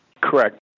Correct